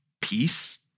peace